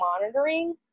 monitoring